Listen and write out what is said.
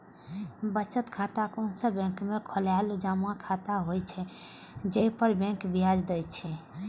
बचत खाता कोनो बैंक में खोलाएल जमा खाता होइ छै, जइ पर बैंक ब्याज दै छै